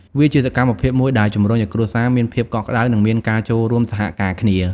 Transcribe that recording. វាជាសកម្មភាពមួយដែលជំរុញឱ្យគ្រួសារមានភាពកក់ក្តៅ និងមានការចូលរួមសហការគ្នា។